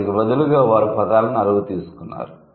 దానికి బదులుగా వారు పదాలను అరువు తీసుకున్నారు